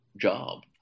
job